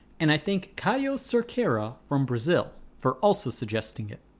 and i thank caio cerqueira from brazil for also suggesting it.